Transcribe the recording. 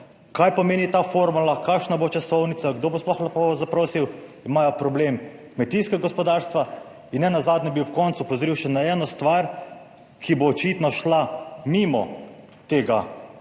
kaj pomeni ta formula, kakšna bo časovnica, kdo bo sploh lahko zaprosil. Problem imajo kmetijska gospodarstva. Nenazadnje bi ob koncu opozoril še na eno stvar, ki bo očitno šla mimo tega